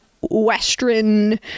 Western